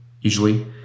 usually